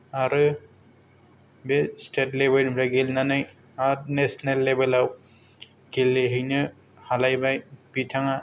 आरो बे स्तेत लेबेलनिफ्राय गेलेनानै आरो नेसनेल लेबेलाव गेलेहैनो हालायबाय बिथाङा